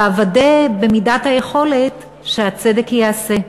ואוודא, במידת היכולת, שהצדק ייעשה.